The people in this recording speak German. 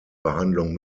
behandlung